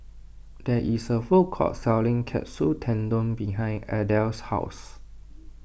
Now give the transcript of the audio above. there is a food court selling Katsu Tendon behind Adel's house